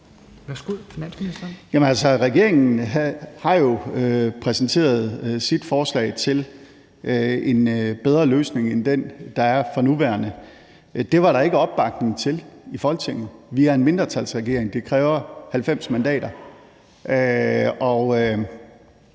regeringen har jo præsenteret sit forslag til en bedre løsning end den, der er for nuværende. Det var der ikke opbakning til i Folketinget. Vi er en mindretalsregering, og det kræver 90 mandater.